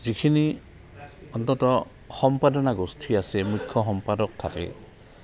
যিখিনি অন্ততঃ সম্পাদনা গোষ্ঠী আছে মুখ্য সম্পাদক থাকে